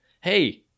Hey